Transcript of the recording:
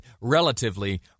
relatively